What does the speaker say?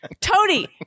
Tony